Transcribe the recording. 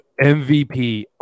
MVP